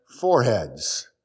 foreheads